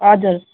हजुर